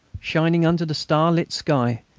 shining under the starlit sky,